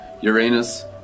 Uranus